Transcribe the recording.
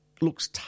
looks